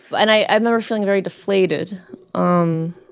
and i remember feeling very deflated um